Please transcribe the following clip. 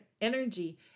energy